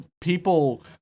people